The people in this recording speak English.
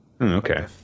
okay